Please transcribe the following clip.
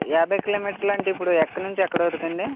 యాభై కిలోమీటర్లు అంటే ఇప్పుడు ఎక్కడనుంచి ఎక్కడివరకు అండి